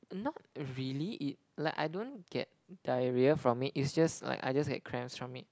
not really it like I don't get diarrhoea from it it's just like I just get cramps from it